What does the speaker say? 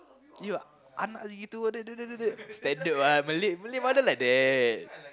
you anak lagi tua standard one Malay Malay mother like that